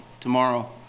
tomorrow